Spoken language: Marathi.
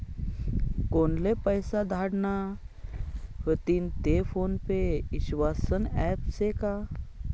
कोनले पैसा धाडना व्हतीन ते फोन पे ईस्वासनं ॲप शे का?